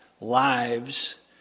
lives